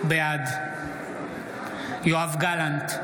בעד יואב גלנט,